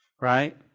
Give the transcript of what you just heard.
Right